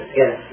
yes